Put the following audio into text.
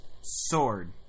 sword